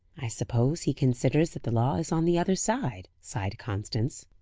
i suppose he considers that the law is on the other side, sighed constance.